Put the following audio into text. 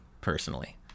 personally